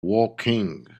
woking